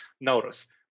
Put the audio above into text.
notice